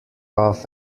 off